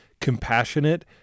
compassionate